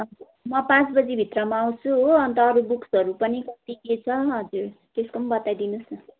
हजुर म पाँचभित्रमा आउँछु हो अन्त अरू बुक्सहरू पनि कति के छ हजुर त्यसको पनि बताइदिनु होस् न